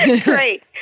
Great